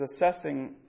assessing